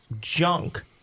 junk